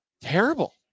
terrible